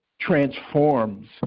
transforms